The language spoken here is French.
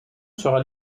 sera